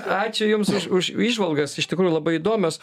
ačiū jums už už įžvalgas iš tikrųjų labai įdomios